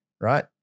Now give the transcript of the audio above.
right